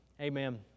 Amen